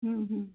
ও ও